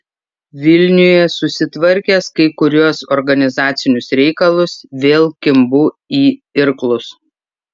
vilniuje susitvarkęs kai kuriuos organizacinius reikalus vėl kimbu į irklus